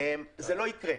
זה לא יקרה.